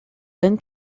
then